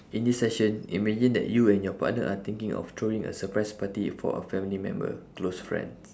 in this session imagine that you and your partner are thinking of throwing a surprise party for a family member close friends